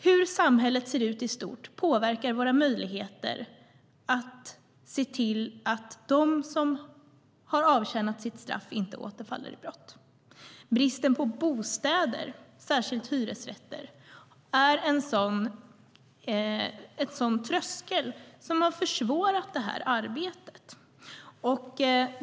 Hur samhället ser ut i stort påverkar våra möjligheter att se till att de som har avtjänat sitt straff inte återfaller i brott. Bristen på bostäder, särskilt hyresrätter, är en tröskel som har försvårat det här arbetet.